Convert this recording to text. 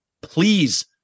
please